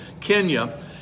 Kenya